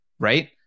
right